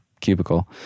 cubicle